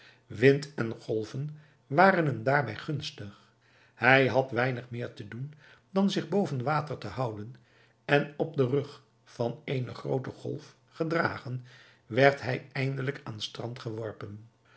wind en golven waren hem daarbij gunstig hij had weinig meer te doen dan zich boven water te houden en op den rug van eene groote golf gedragen werd hij eindelijk aan strand geworpen